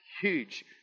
huge